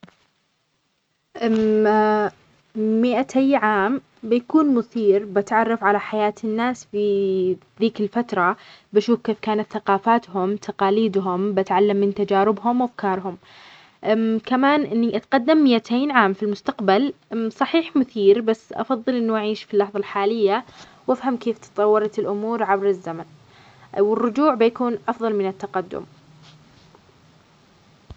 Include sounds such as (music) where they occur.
(hesitation) مئتين عام سيكون مثير، وأتعرف على حياة الناس في ذلك الفترة وتشاهد كيف كانت ثقافتهم، وتقاليدهم، وأتعلم من تجاربهم، وأفكارهم، كمان أتقدم مئتين عام في المستقبل صحيح هومثير! بس أفظل أن أعيش في اللحظة الحالية، وأفهم كيف تطورت الأمور عبر الزمن؟ والرجوع سيكون أفظل من التقدم.